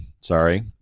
Sorry